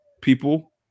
people